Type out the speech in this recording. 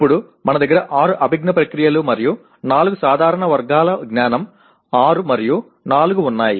ఇప్పుడు మన దగ్గర ఆరు అభిజ్ఞా ప్రక్రియలు మరియు నాలుగు సాధారణ వర్గాల జ్ఞానం ఆరు మరియు నాలుగు ఉన్నాయి